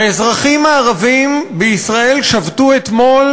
האזרחים הערבים בישראל שבתו אתמול